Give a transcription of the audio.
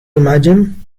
imagine